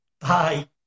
Bye